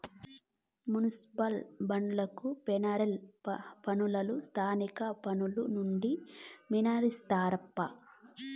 municipal బాండ్లకు federal పన్నులు స్థానిక పన్నులు నుండి మినహాయిస్తారప్పా